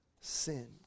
sin